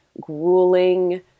grueling